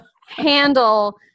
handle